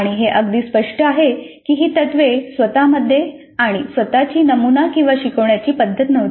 आणि हे अगदी स्पष्ट आहे की ही तत्त्वे स्वतःमध्ये आणि स्वतःची नमुना किंवा शिकवण्याची पद्धत नव्हती